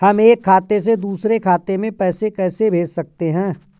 हम एक खाते से दूसरे खाते में पैसे कैसे भेज सकते हैं?